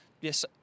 yes